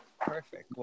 Perfect